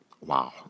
wow